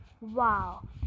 wow